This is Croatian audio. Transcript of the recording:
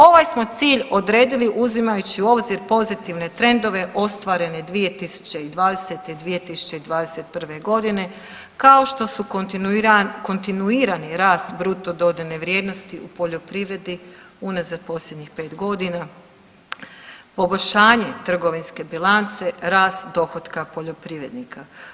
Ovaj smo cilj odredili uzimajući u obzir pozitivne trendove ostvarene 2020. i 2021. godine kao što su kontinuirani rast bruto dodane vrijednosti u poljoprivredni unazad posljednjih 5 godina, poboljšanje trgovinske bilance, rast dohotka poljoprivrednika.